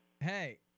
Hey